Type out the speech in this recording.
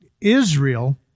Israel